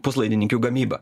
puslaidininkių gamybą